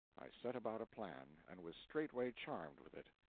i set about a plan, and was straightway charmed with it.